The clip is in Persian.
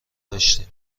داشتیم